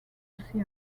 aussi